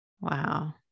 Wow